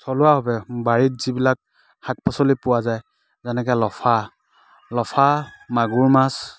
থলুৱাভাৱে বাৰীত যিবিলাক শাক পাচলি পোৱা যায় যেনেকৈ লফা লফা মাগুৰ মাছ